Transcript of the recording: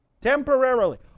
Temporarily